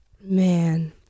Man